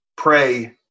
Pray